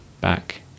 back